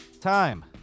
Time